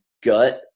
gut